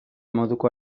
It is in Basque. moduko